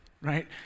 right